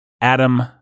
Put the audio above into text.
Adam